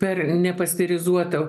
per nepasterizuotą